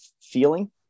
feeling